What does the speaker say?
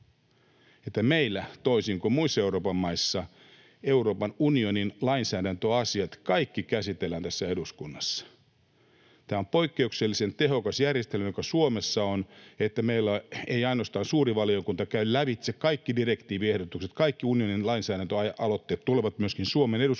meillä, toisin kuin muissa Euroopan maissa, Euroopan unionin lainsäädäntöasiat, kaikki, käsitellään tässä eduskunnassa. Tämä on poikkeuksellisen tehokas järjestelmä, joka Suomessa on: meillä ei ainoastaan suuri valiokunta käy lävitse, vaan kaikki direktiiviehdotukset, kaikki unionin lainsäädäntöaloitteet tulevat myöskin Suomen eduskunnan